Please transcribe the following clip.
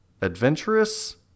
Adventurous